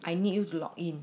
I need you to log in